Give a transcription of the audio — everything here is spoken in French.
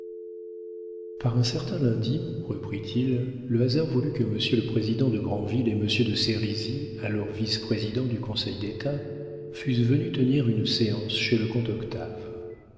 par un certain lundi reprit-il le hasard voulut que monsieur le président de grandville et monsieur de sérizy alors vice-président du conseil-d'état fussent venus tenir séance chez le comte octave